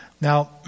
Now